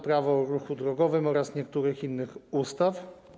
Prawo o ruchu drogowym oraz niektórych innych ustaw.